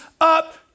up